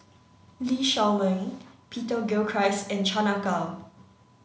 Lee Shao Meng Peter Gilchrist and Chan Ah Kow